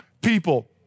people